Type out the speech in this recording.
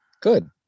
good